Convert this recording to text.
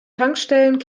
tankstellen